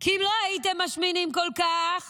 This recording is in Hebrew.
כי אם לא הייתם משמינים כל כך